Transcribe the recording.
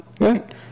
Right